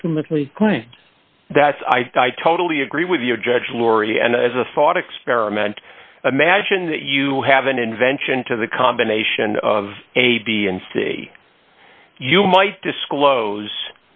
ultimately going that's i totally agree with you judge laurie and i as a thought experiment imagine that you have an invention to the combination of a b and c you might disclose